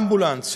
האמבולנס,